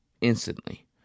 instantly